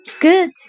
Good